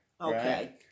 Okay